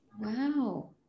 Wow